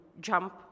jump